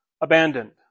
abandoned